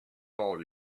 all